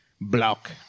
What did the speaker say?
block